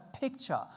picture